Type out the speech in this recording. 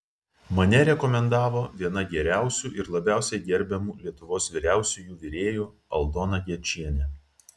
mane rekomendavo viena geriausių ir labiausiai gerbiamų lietuvos vyriausiųjų virėjų aldona gečienė